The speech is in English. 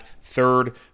third